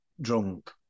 drunk